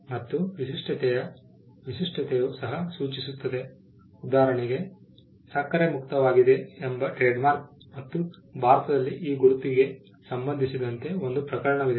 ಮತ್ತು ವಿಶಿಷ್ಟತೆಯು ಸಹ ಸೂಚಿಸುತ್ತದೆ ಉದಾಹರಣೆಗೆ ಸಕ್ಕರೆ ಮುಕ್ತವಾಗಿದೆ ಎಂಬ ಟ್ರೇಡ್ಮಾರ್ಕ್ ಮತ್ತು ಭಾರತದಲ್ಲಿ ಈ ಗುರುತಿಗೆ ಸಂಬಂಧಿಸಿದಂತೆ ಒಂದು ಪ್ರಕರಣವಿದೆ